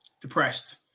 Depressed